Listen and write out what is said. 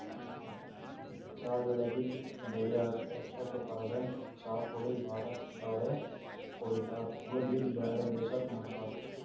ಚಾ ಬೆಳದಿದ್ದ್ ಬೆಳ್ಯಾಗ್ ಎಪ್ಪತ್ತ್ ಪರಸೆಂಟ್ ಚಾಪುಡಿ ಭಾರತ್ ದವ್ರೆ ಕುಡಿತಾರ್ ಉಳದಿದ್ದ್ ಬ್ಯಾರೆ ದೇಶಕ್ಕ್ ಮಾರ್ತಾರ್